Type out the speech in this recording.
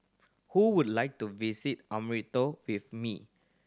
who would like to visit Antananarivo with me